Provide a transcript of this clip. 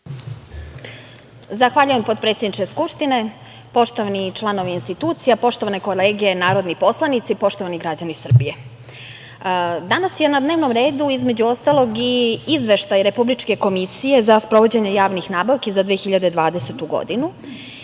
Zahvaljujem potpredsedniče Skupštine, poštovani članovi institucija, poštovane kolege narodni poslanici, poštovani građani Srbije. Danas je na dnevnom redu, između ostalog i izveštaj Republičke komisije za sprovođenje javnih nabavki, za 2020. godinu.